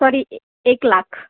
sorry एक लाख